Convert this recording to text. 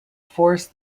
force